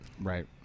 Right